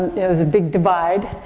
it was a big divide.